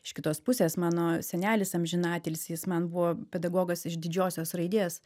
iš kitos pusės mano senelis amžiną atilsį jis man buvo pedagogas iš didžiosios raidės